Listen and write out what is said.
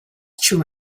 true